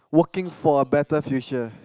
working for a better future